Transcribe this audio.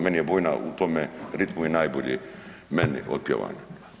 Meni je bojna u tome ritmu i najbolje meni otpjevana.